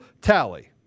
tally